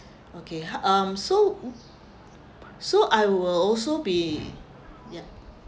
okay um so so I will also be ya